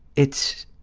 it's,